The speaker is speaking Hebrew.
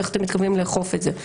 איך אתם מתכוונים לאכוף את זה.